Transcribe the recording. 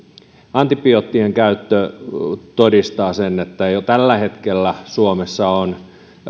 antibioottien käyttö todistaa sen että jo tällä hetkellä suomessa on